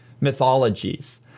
mythologies